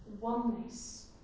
oneness